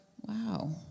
wow